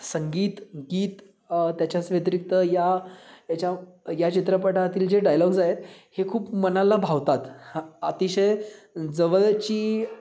संगीत गीत त्याच्याच व्यतिरिक्त या याच्या या चित्रपटातील जे डायलॉग्ज आहेत हे खूप मनाला भावतात अ अतिशय जवळची